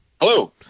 Hello